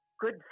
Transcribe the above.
good